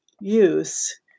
use